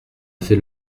fait